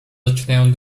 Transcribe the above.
zaczynają